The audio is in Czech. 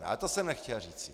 Ale to jsem nechtěl říci.